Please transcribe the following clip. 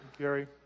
Gary